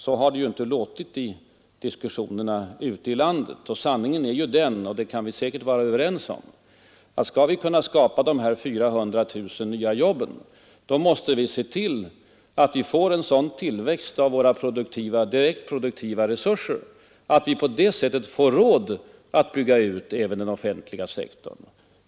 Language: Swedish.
Så har det inte låtit i diskussionerna ute i landet, men sanningen är den — det kan vi säkert vara överens om — att vi, om vi skall kunna skapa dessa 400 000 nya jobb, måste se till att vi får en sådan tillväxt av våra direkta produktiva resurser att vi på det sättet har råd att bygga ut även den offentliga sektorn.